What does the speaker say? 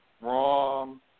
Wrong